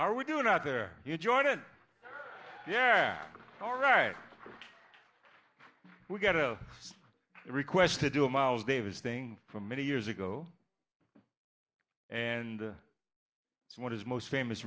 are we do not there you jordan yeah all right we got a request to do miles davis thing for many years ago and what is most famous